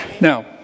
now